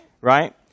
right